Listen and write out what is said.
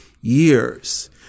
years